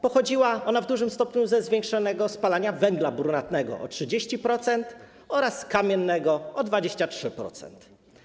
Pochodziła ona w dużym stopniu ze zwiększonego spalania węgla brunatnego - o 30% oraz kamiennego - o 23%.